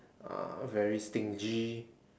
uh very stingy